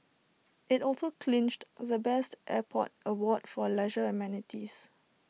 IT also clinched the best airport award for leisure amenities